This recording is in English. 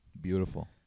Beautiful